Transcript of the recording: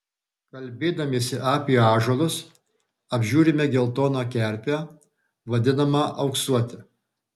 kalbėdamiesi apie ąžuolus apžiūrime geltoną kerpę vadinamą auksuote